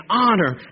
honor